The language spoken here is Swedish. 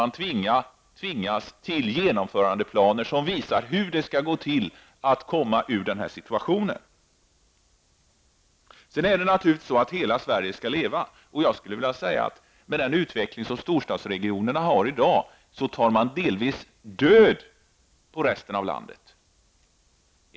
Då tvingas man göra upp genomförandeplaner, som visar hur det skall gå till att ändra på situationen. Hela Sverige skall naturligtvis leva. Men jag skulle vilja säga att utvecklingen i storstadsregionerna i dag innebär att man delvis tar död på resten av landet.